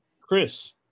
Chris